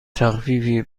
تخفیفی